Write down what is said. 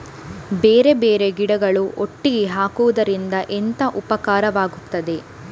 ಬೇರೆ ಬೇರೆ ಗಿಡಗಳು ಒಟ್ಟಿಗೆ ಹಾಕುದರಿಂದ ಎಂತ ಉಪಕಾರವಾಗುತ್ತದೆ?